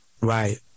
Right